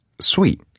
sweet